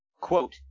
Quote